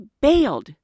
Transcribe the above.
bailed